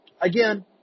Again